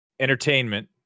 Entertainment